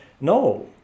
no